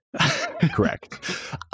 Correct